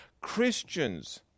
Christians